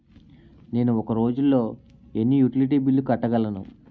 నేను ఒక రోజుల్లో ఎన్ని యుటిలిటీ బిల్లు కట్టగలను?